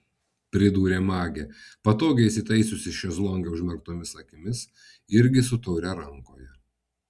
pridūrė magė patogiai įsitaisiusi šezlonge užmerktomis akimis irgi su taure rankoje